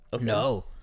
No